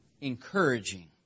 encouraging